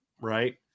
Right